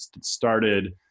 started